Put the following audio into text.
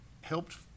helped